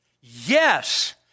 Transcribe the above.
Yes